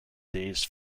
days